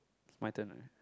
it's my turn right